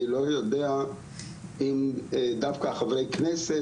אני לא יודע אם דווקא חברי כנסת,